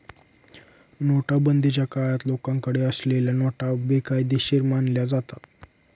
नोटाबंदीच्या काळात लोकांकडे असलेल्या नोटा बेकायदेशीर मानल्या जातात